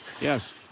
Yes